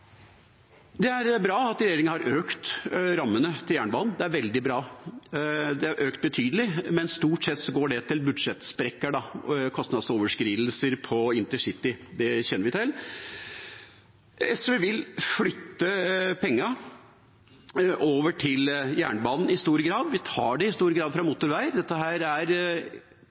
Det er bra at regjeringa har økt rammene til jernbanen. Det er veldig bra. De er økt betydelig, men stort sett går det til budsjettsprekker, bl.a. kostnadsoverskridelser på intercity. Det kjenner vi til. SV vil i stor grad flytte pengene over til jernbanen. Vi tar dem i stor grad fra motorveier. Vi er det eneste partiet i